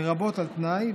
לרבות על תנאי,